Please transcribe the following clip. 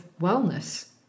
wellness